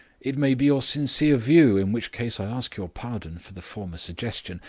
it may be your sincere view, in which case i ask your pardon for the former suggestion.